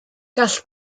gall